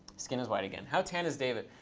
skin is white again. how tan is david?